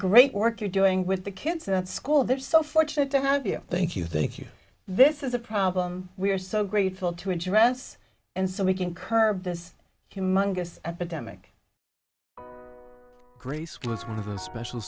great work you're doing with the kids at school they're so fortunate to have you thank you thank you this is a problem we're so grateful to address and so we can curb this humongous epidemic greece was one of the special